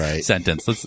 sentence